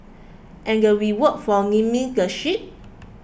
and the reward for naming the ships